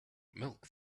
milk